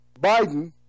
Biden